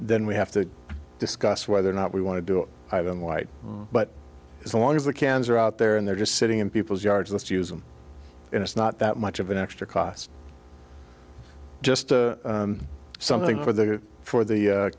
then we have to discuss whether or not we want to do it i don't white but as long as the cans are out there and they're just sitting in people's yards let's use them and it's not that much of an extra cost just something for the for the